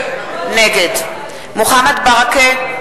נגד מוחמד ברכה,